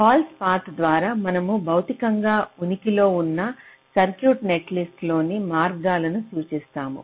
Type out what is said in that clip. falls path ద్వారా మనము భౌతికంగా ఉనికిలో ఉన్న సర్క్యూట్ నెట్లిస్ట్లోని మార్గాలను సూచిస్తాము